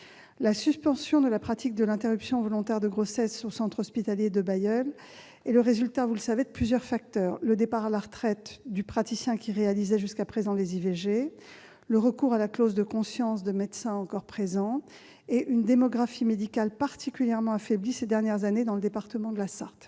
La suspension de la pratique de l'interruption volontaire de grossesse au centre hospitalier de Bailleul est le résultat, vous le savez, de plusieurs facteurs : le départ à la retraite du praticien qui réalisait jusqu'à présent les IVG ; le recours à la clause de conscience des médecins encore présents ; une démographie médicale particulièrement affaiblie ces dernières années dans le département de la Sarthe.